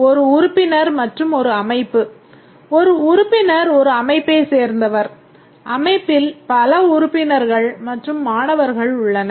ஒரு உறுப்பினர் மற்றும் ஒரு அமைப்பு ஒரு உறுப்பினர் ஒரு அமைப்பைச் சேர்ந்தவர் அமைப்பில் பல உறுப்பினர்கள் மற்றும் மாணவர்கள் உள்ளனர்